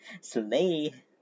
Slay